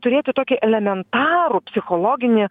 turėti tokį elementarų psichologinį